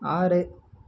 ஆறு